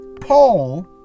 paul